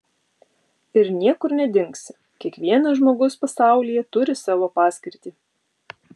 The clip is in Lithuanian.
ir niekur nedingsi kiekvienas žmogus pasaulyje turi savo paskirtį